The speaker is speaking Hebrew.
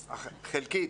חלקית.